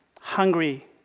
hungry